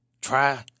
Try